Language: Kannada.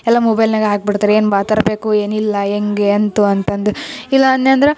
ಎಲ್ಲ ಮೊಬೈಲ್ನ್ಯಾಗೆ ಹಾಕ್ಬಿಡ್ತಾರೆ ಏನು ಬಾ ತರಬೇಕು ಏನಿಲ್ಲ ಹೆಂಗೆ ಎಂಥ ಅಂತಂದು ಇಲ್ಲ ಅನ್ಯಂದ್ರೆ